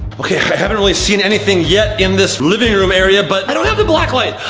okay, i haven't really seen anything yet in this living room area but i don't have the black light.